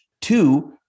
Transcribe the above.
Two